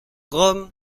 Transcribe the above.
rome